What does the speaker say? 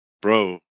Bro